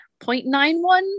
0.91